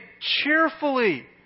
cheerfully